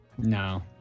No